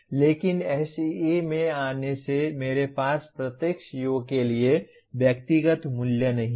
लेकिन SEE में आने से मेरे पास प्रत्येक CO के लिए व्यक्तिगत मूल्य नहीं हैं